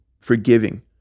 forgiving